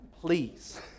please